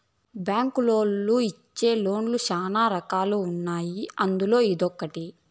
బ్యాంకులోళ్ళు ఇచ్చే లోన్ లు శ్యానా రకాలు ఉన్నాయి అందులో ఇదొకటి